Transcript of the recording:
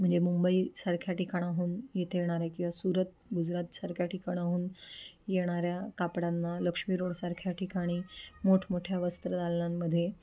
म्हणजे मुंबईसारख्या ठिकाणाहून येथे येणाऱ्या किंवा सुरत गुजरातसारख्या ठिकाणाहून येणाऱ्या कापडांना लक्ष्मी रोडसारख्या ठिकाणी मोठमोठ्या वस्त्रदालनांमध्ये